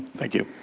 thank you.